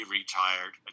retired